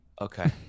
Okay